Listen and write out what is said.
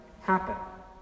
happen